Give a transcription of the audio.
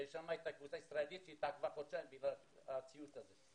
ששם הייתה קבוצה ישראלית שהתעכבה חודשיים בגלל הציוץ הזה.